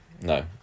no